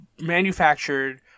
manufactured